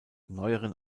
neueren